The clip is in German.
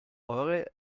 eure